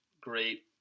Great